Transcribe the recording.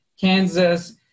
Kansas